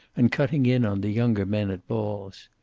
and cutting in on the younger men at balls.